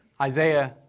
Isaiah